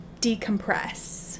decompress